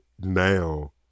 now